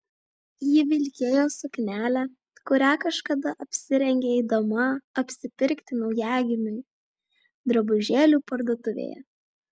ji vilkėjo suknelę kurią kažkada apsirengė eidama apsipirkti naujagimių drabužėlių parduotuvėje